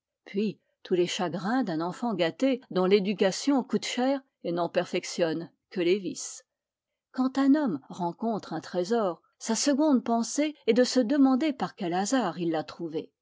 puis tous les chagrins d'un enfant gâté dont l'éducation coûte cher et n'en perfectionne que les vices quand un homme rencontre un trésor sa seconde pensée est de se demander par quel hasard il l'a trouvé